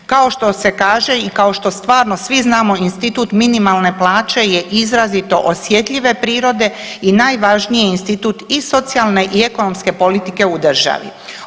Kao što se kaže i kao što stvarno svi znamo institut minimalne plaće je izrazito osjetljive prirode i najvažniji institut i socijalne i ekonomske politike u državi.